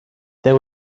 there